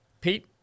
Pete